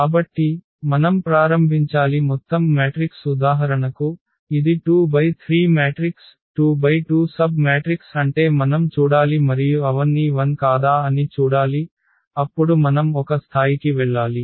కాబట్టి మనం ప్రారంభించాలి మొత్తం మ్యాట్రిక్స్ ఉదాహరణకు ఇది 2×3 మ్యాట్రిక్స్ 2×2 సబ్ మ్యాట్రిక్స్ అంటే మనం చూడాలి మరియు అవన్నీ 0 కాదా అని చూడాలి అప్పుడు మనం ఒక స్థాయికి వెళ్ళాలి